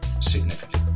significant